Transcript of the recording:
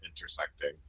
intersecting